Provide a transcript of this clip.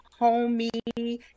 homie